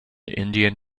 indian